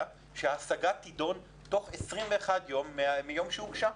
שהשגה תידון תוך 21 יום מיום שהוגשה.